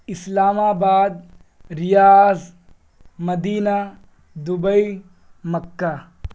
اسلام آباد Riyadh Medina Dubai مکہ